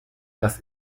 das